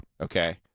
Okay